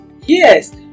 Yes